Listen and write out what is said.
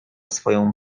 swoją